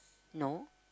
no